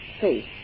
faith